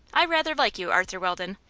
i rather like you, arthur weldon,